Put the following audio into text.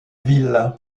ville